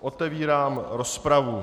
Otevírám rozpravu.